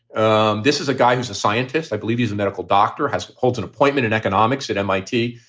ah this is a guy who's a scientist. i believe he's a medical doctor, has holds an appointment in economics at m i t.